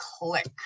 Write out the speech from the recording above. Click